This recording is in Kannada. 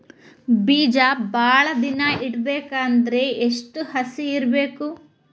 ಬೇಜ ಭಾಳ ದಿನ ಇಡಬೇಕಾದರ ಎಷ್ಟು ಹಸಿ ಇರಬೇಕು?